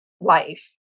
life